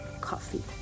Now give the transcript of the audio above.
coffee